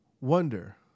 wonder